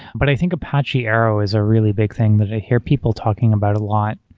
but i think apache arrow is a really big thing that i hear people talking about a lot,